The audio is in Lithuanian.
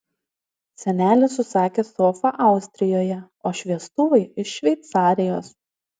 senelis užsakė sofą austrijoje o šviestuvai iš šveicarijos